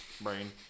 Brain